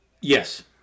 Yes